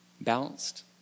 Balanced